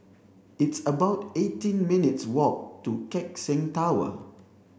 it's about eighteen minutes walk to Keck Seng Tower